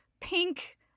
pink